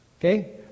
Okay